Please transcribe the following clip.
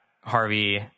Harvey